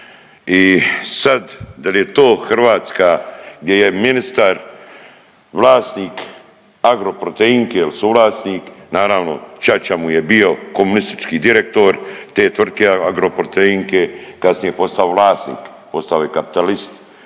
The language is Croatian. i sad da li je to Hrvatska gdje je ministar vlasnik Agroproteinke il suvlasnik, naravno ćaća mu je bio komunistički direktor te tvrtke Agroproteinke, kasnije je postao vlasnik postao je kapitalist